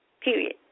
Period